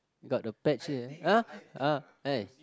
got the patch here ah ah